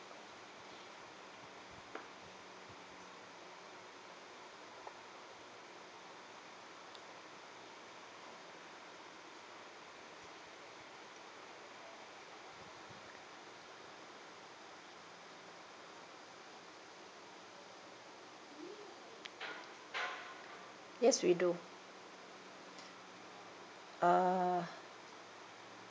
yes we do uh